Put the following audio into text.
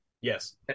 Yes